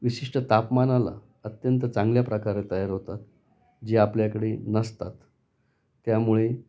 विशिष्ट तापमानाला अत्यंत चांगल्या प्रकारे तयार होतात जे आपल्याकडे नसतात त्यामुळे